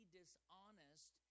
dishonest